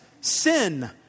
sin